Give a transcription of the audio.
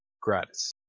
Gratis